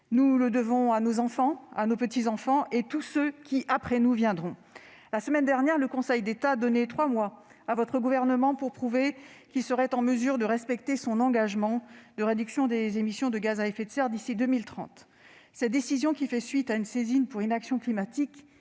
Nous le devons à nos enfants, à nos petits-enfants et à tous ceux qui après nous viendront. La semaine dernière, le Conseil d'État donnait trois mois à votre gouvernement pour prouver qu'il serait en mesure de respecter son engagement de réduction des émissions de gaz à effet de serre d'ici à 2030. Cette décision, qui fait suite à une saisine pour inaction climatique,